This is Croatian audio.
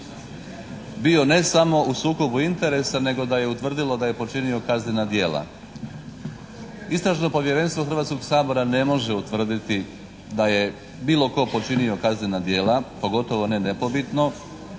bio ne samo u sukobu interesa nego da je utvrdilo i da je počinio kaznena djela. Istražno povjerenstvo Hrvatskog sabora ne može utvrditi da je bilo tko počinio kaznena djela, pogotovo ne nepobitno